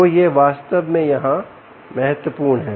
तो यह वास्तव में यहां महत्वपूर्ण है